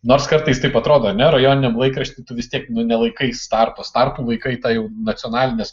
nors kartais taip atrodo ar ne rajoniniam laikrašty tu vis tiek nu nelaikai startu startu laikai tą jau nacionalinės